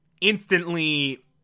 instantly